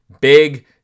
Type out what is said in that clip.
big